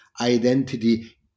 identity